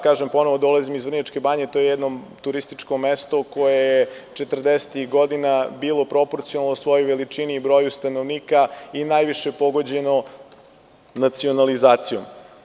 Kažem ponovo, dolazim iz Vrnjačke Banje, to je jedno turističko mesto koje je četrdesetih godina bilo proporcijalno svojoj veličini i broju stanovnika i najviše pogođeno nacionalizacijom.